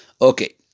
Okay